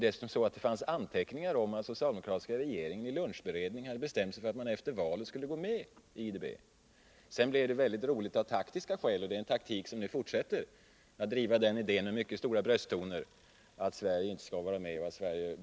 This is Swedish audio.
Det finns anteckningar om att den socialdemokratiska regeringen vid en lunchberedning hade bestämt sig för att man efter valet skulle gå med i IDB. Sedan blev det väldigt roligt av taktiska skäl — och det är en taktik som nu fortsätter — att med mycket höga brösttoner driva den idén att Sverige inte skall vara med i IDB.